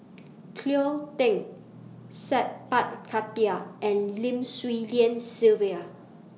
Cleo Thang Sat Pal Khattar and Lim Swee Lian Sylvia